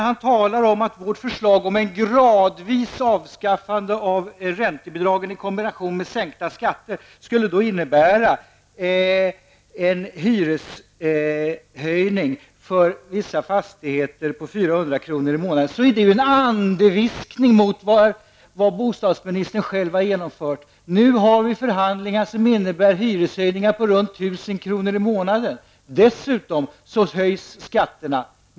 Han säger att vårt förslag om ett gradvis avskaffande av räntebidragen kombinerat med sänkta skatter skulle innebära en hyreshöjning i vissa fastigheter på 400 kr. i månaden. Men detta är bara en andeviskning mot vad bostadsministern själv har genomfört. Nu har vi förhandlingar som innebär hyreshöjningar på ungefär 1 000 kr. i månaden. Dessutom höjs skatterna.